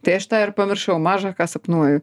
tai aš tą ir pamiršau mažą ką sapnuoju